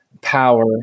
power